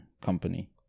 company